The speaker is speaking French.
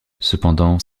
cependant